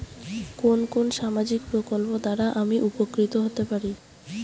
কোন কোন সামাজিক প্রকল্প দ্বারা আমি উপকৃত হতে পারি?